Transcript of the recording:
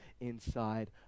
inside